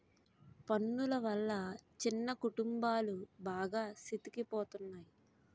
పన్నులు వల్ల చిన్న కుటుంబాలు బాగా సితికిపోతున్నాయి